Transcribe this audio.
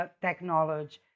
technology